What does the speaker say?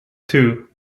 two